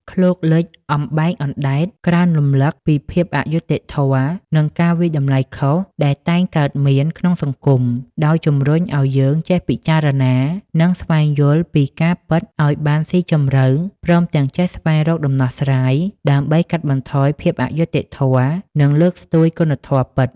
ឃ្លោកលិច អំបែងអណ្ដែត ក្រើនរំលឹកពីភាពអយុត្តិធម៌ និងការវាយតម្លៃខុសដែលតែងកើតមានក្នុងសង្គម ដោយជំរុញឲ្យយើងចេះពិចារណា និងស្វែងយល់ពីការពិតឲ្យបានស៊ីជម្រៅ ព្រមទាំងចេះស្វែងរកដំណោះស្រាយ ដើម្បីកាត់បន្ថយភាពអយុត្តិធម៌ និងលើកស្ទួយគុណធម៌ពិត។។